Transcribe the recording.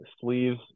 sleeves